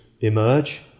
emerge